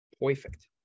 Perfect